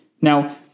Now